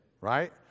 right